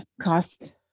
cost